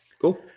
Cool